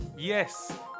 Yes